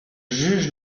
juge